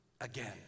again